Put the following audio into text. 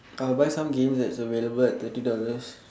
I will buy some games that's available at twenty dollars